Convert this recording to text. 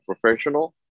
professional